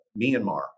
Myanmar